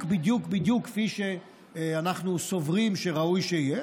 בדיוק בדיוק כפי שאנחנו סוברים שראוי שיהיה,